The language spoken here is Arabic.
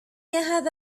هذا